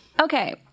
Okay